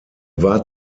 war